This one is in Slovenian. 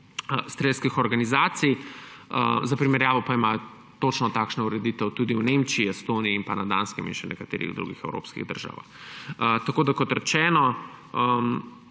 strelskih organizacij. Za primerjavo pa imajo točno takšno ureditev tudi v Nemčiji, Estoniji in pa na Danskem in še v nekaterih drugih evropskih državah. Kot rečeno,